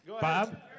Bob